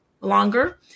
longer